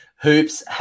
Hoops